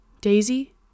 Daisy